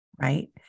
right